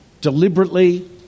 deliberately